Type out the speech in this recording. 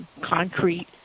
concrete